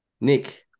Nick